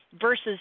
versus